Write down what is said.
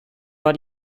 war